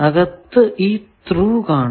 അകത്തു ഈ ത്രൂ കാണാം